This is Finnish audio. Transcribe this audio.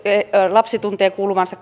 lapsi tuntee kuuluvansa